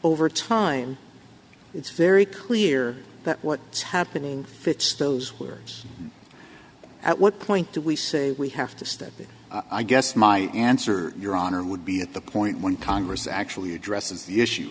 over time it's very clear that what is happening fits those words at what point do we say we have to step in i guess my answer your honor would be at the point when congress actually addresses the issue